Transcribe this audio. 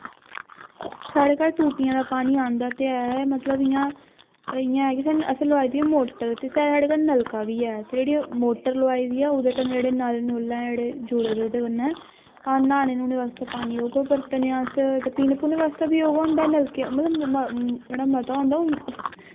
साढ़े घर टूटियां दा पानी आंदा ते ऐ मतलब इ'यां इ'यां ऐ कि अस असें लोआई दी ऐ मोटर ते साढ़े घर नलका बी ऐ ते जेह्ड़ी मोटर लोआई दी ऐ उ'दे कन्नै जेह्ड़े नल नुल ऐ जेह्ड़े जुड़े दे उ'दे कन्नै अस न्हाने न्हुने आस्तै पानी ओह्का बरतने अस ते पीने पुने आस्तै बी ओह् होंदा नलके मतलब म जेह्ड़ा मता होंदा